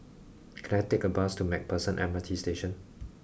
can I take a bus to MacPherson M R T Station